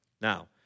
Now